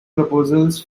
proposals